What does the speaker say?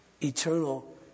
eternal